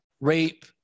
rape